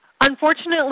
Unfortunately